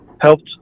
helped